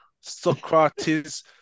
Socrates